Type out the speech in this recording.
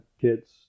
kids